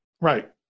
Right